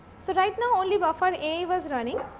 so, right now only buffer a was running